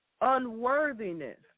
Unworthiness